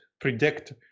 predict